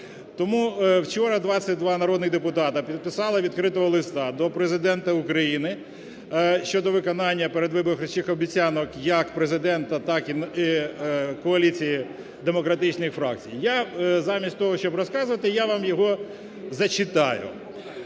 Тому вчора 22 народних депутата підписали відкритого листа до Президента України щодо виконання передвиборчих обіцянок як Президента, так і коаліції демократичних фракцій. Я замість того, щоб розказувати я вам його зачитаю: